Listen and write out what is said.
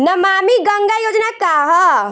नमामि गंगा योजना का ह?